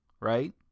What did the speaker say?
Right